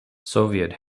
soviet